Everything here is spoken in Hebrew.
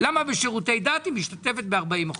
ובשירותי דת משתתפת ב-40%?